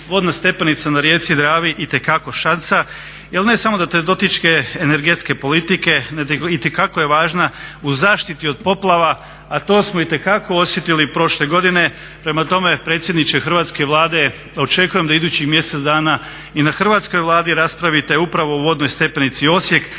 vodna stepenica na rijeci Dravi itekako šansa jer ne samo da … energetske politike nego itekako je važna u zaštiti od poplava, a to smo itekako osjetili prošle godine. Prema tome, predsjedniče Hrvatske Vlade očekujem da idućih mjesec dana i na Hrvatskoj Vladi raspravite upravo o vodnoj stepenici Osijek,